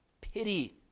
pity